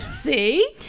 see